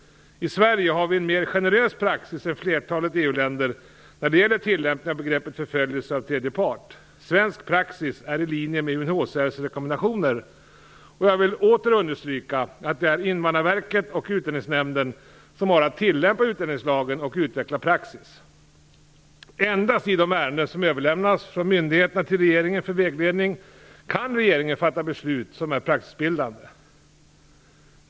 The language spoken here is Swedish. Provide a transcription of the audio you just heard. I Sverige har vi en mer generös praxis än flertalet EU länder när det gäller tillämpning av begreppet förföljelse av tredje part. Svensk praxis är i linje med Jag vill åter understryka att det är Invandrarverket och Utlänningsnämnden som har att tillämpa utlänningslagen och utveckla praxis. Endast i de ärenden som överlämnas från myndigheterna till regeringen för vägledning kan regeringen fatta beslut som är praxisbildande.